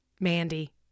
Mandy